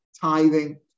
tithing